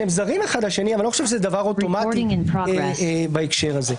רציתם לשאול את היועץ המשפטי, בבקשה.